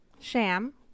Sham